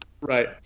Right